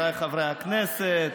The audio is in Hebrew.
חבריי חברי הכנסת,